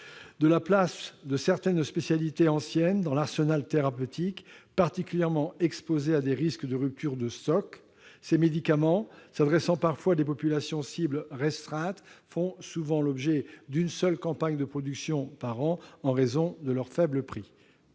de la place de certaines spécialités anciennes dans l'arsenal thérapeutique particulièrement exposées à des risques de rupture de stock. Ces médicaments, qui s'adressent parfois à des populations cibles restreintes, font souvent l'objet d'une seule campagne de production par an en raison de leur faible prix.